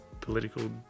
political